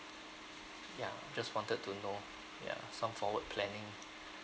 ya just wanted to know ya some forward planning